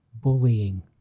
bullying